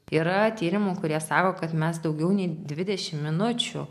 yra tyrimų kurie sako kad mes daugiau nei dvidešim minučių